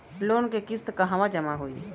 Loan के किस्त कहवा जामा होयी?